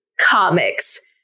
comics